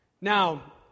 Now